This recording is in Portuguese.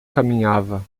caminhava